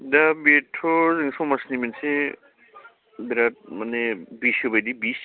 दा बेथ' जों समाजनि मोनसे बिराथ माने बिसु बायदि बिस